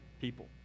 people